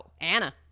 Anna